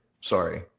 Sorry